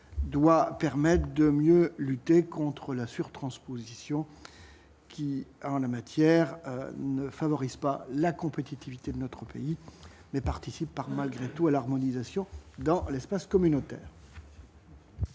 Doit permettre de mieux lutter contre la surtransposition qui, en la matière ne favorise pas la compétitivité de notre pays, mais participe par malgré tout à l'harmonisation dans l'espace communautaire.